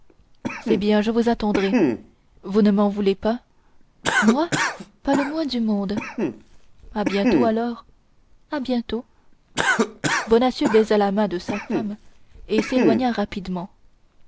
c'est bien je vous attendrai vous ne m'en voulez pas moi pas le moins du monde à bientôt alors à bientôt bonacieux baisa la main de sa femme et s'éloigna rapidement